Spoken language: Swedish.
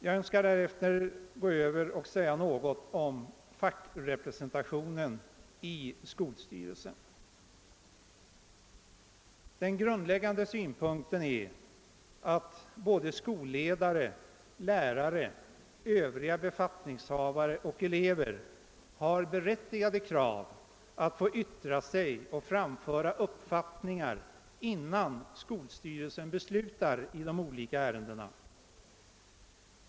Jag önskar härefter säga något om fackrepresentationen i skolstyrelsen. Den grundläggande synpunkten är att både skolledare, lärare, övriga befattningshavare och elever har berättigade krav att få yttra sig och framföra uppfattningar innan skolstyrelsen beslutar i de olika ärendena.